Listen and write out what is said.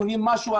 קונים משהו,